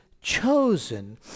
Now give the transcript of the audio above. chosen